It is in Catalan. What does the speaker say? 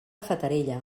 fatarella